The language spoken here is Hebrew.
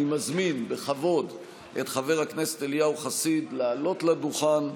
אני מזמין בכבוד את חבר הכנסת אליהו חסיד לעלות לדוכן.